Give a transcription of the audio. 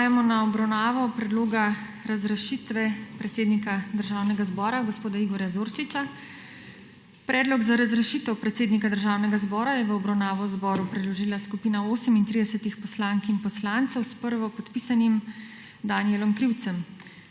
Prehajamo na obravnavo predloga razrešitve predsednika Državnega zbora, gospoda Igorja Zorčiča. Predlog za razrešitev predsednika Državnega zbora je v obravnavo zboru predložila skupina 38 poslank in poslancev, s prvopodpisanim Danijelom Krivcem.